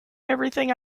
everything